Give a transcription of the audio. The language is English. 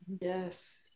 Yes